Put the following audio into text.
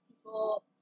people